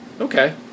Okay